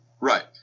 Right